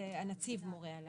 זה הנציב מורה על